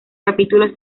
capítulos